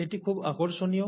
এটি খুব আকর্ষণীয়